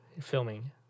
Filming